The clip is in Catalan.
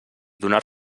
donar